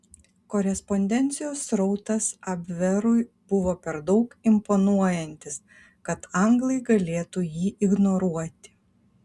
korespondencijos srautas abverui buvo per daug imponuojantis kad anglai galėtų jį ignoruoti